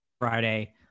Friday